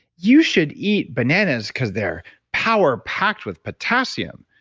you should eat bananas because they're power-packed with potassium,